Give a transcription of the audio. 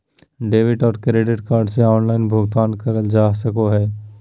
debit और credit card से online भुगतान करल जा सको हय